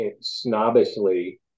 snobbishly